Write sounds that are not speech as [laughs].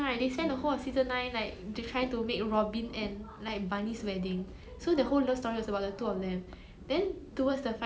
[laughs]